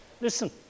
Listen